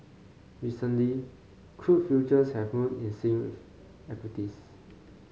recently crude futures have moved in sync with equities